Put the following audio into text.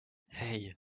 hey